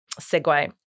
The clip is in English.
segue